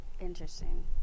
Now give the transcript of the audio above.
Interesting